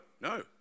no